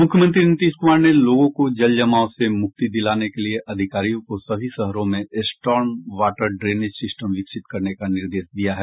मुख्यमंत्री नीतीश कुमार ने लोगों को जलजमाव से मुक्ति दिलाने के लिए अधिकारियों को सभी शहरों में स्टॉर्म वाटर ड्रेनेज सिस्ट विकसित करने का निर्देश दिया है